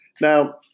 Now